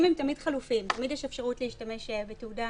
תמיד יש אפשרות להשתמש בתעודה